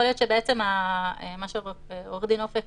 יכול להיות שמה שעורך הדין אופק